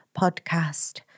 podcast